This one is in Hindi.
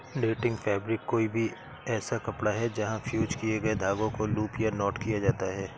नेटिंग फ़ैब्रिक कोई भी ऐसा कपड़ा है जहाँ फ़्यूज़ किए गए धागों को लूप या नॉट किया जाता है